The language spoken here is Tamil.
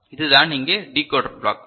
இதுதான் இங்கே டிகோடர் பிளாக்